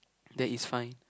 then it's fine